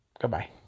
Goodbye